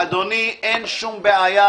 אדוני, אין שום בעיה.